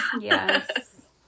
Yes